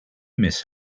miss